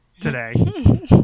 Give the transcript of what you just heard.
today